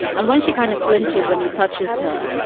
and when she kind of flinches, when he touches her,